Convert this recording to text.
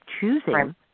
choosing